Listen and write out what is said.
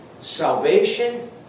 Salvation